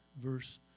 verse